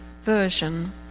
Version